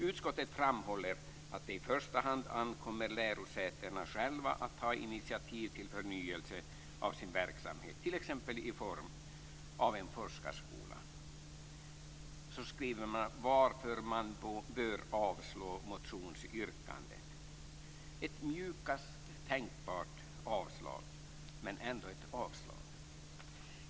Utskottet framhåller att det i första hand ankommer på lärosätena själva att ta initiativ till förnyelse av sin verksamhet, t.ex. i form av en forskarskola, varför man bör avslå motionsyrkandet. Det är mjukast tänkbara avslag, men det är ändå ett avslag.